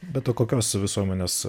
bet o kokios visuomenės